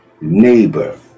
neighbor